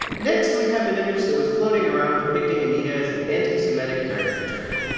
next we have an image that was floating around depicting anita as an anti-semetic caricature.